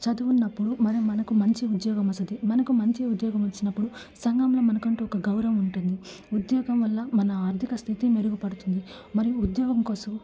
చదువు ఉన్నప్పుడు మన మనకు మంచి ఉద్యోగం వస్తుంది మనకు మంచి ఉద్యోగం వచ్చినప్పుడు సంఘంలో మనకంటు ఒక గౌరవం ఉంటుంది ఉద్యోగం వల్ల మన ఆర్థిక స్థితి మెరుగుపడుతుంది మరియు ఉద్యోగం కోసం